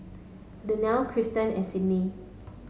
Daniele Cristen and Sidney